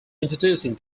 introducing